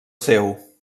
seu